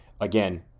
again